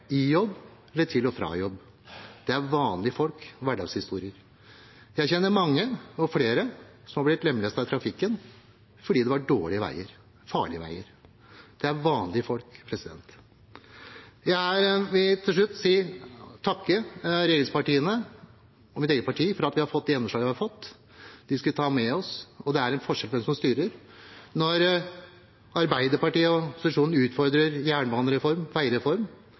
i jobb, eller til og fra jobb. Det er vanlige folk – hverdagshistorier. Jeg kjenner mange som har blitt lemlestet i trafikken fordi det var dårlige veier, farlige veier. Det er vanlige folk. Jeg vil til slutt takke regjeringspartiene og mitt eget parti for at vi har fått de gjennomslagene vi har fått. Dem skal vi ta med oss, og det er en forskjell på hvem som styrer. Arbeiderpartiet og opposisjonen utfordrer